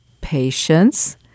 patience